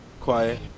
quiet